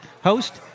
host